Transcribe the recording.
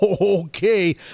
Okay